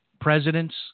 presidents